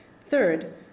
Third